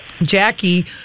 jackie